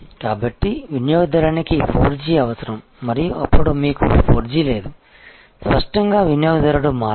కాబట్టి వినియోగదారునికి 4G అవసరం మరియు అప్పుడు మీకు 4G లేదు స్పష్టంగా వినియోగదారుడు మారతారు